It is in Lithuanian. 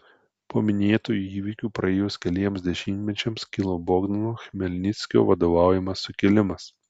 po minėtųjų įvykių praėjus keliems dešimtmečiams kilo bogdano chmelnickio vadovaujamas sukilimas